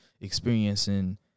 experiencing